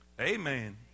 Amen